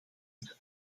iets